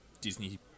Disney